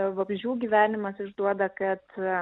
vabzdžių gyvenimas išduoda kad